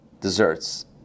desserts